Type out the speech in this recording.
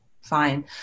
fine